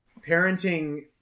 parenting